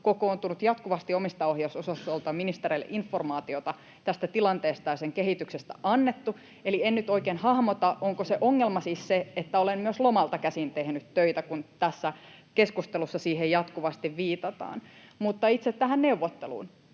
kokoontunut, jatkuvasti omistajaohjausosastolta ministereille informaatiota tästä tilanteesta ja sen kehityksestä on annettu, eli en nyt oikein hahmota, onko se ongelma siis se, että olen myös lomalta käsin tehnyt töitä, kun tässä keskustelussa siihen jatkuvasti viitataan. [Sanni Grahn-Laasonen: